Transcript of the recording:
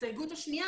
ההסתייגות השנייה.